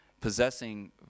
possessing